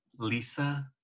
lisa